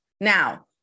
Now